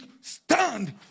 stand